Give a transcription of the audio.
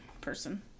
person